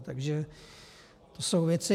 Takže to jsou věci.